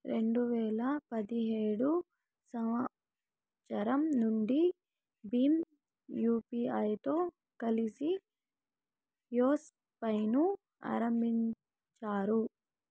రెండు వేల పదిహేడు సంవచ్చరం నుండి భీమ్ యూపీఐతో కలిసి యెస్ పే ను ఆరంభించారు